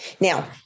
Now